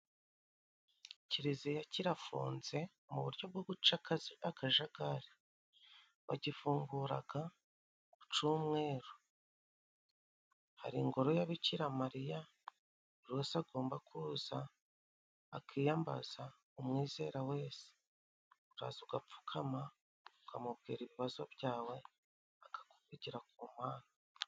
Kiliziya kirafunze mu buryo bwo guca akajagari. Bagifunguraga kucumweru. Hari ingoro ya Bikiramariya buri wese agomba kuza akiyambaza, umwizera wese. Uraza ugapfukama ukamubwira ibibazo byawe, akakuvugira ku Mana.